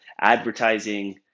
advertising